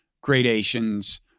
gradations